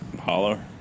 Holler